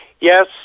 Yes